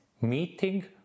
meeting